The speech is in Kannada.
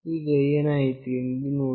ಈಗ ಏನಾಯಿತು ಎಂದು ನೋಡಿ